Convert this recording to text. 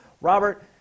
Robert